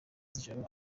z’ijoro